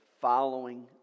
Following